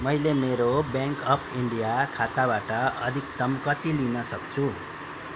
मैले मेरो bank of India खाताबाट अधिकतम कति लिन सक्छु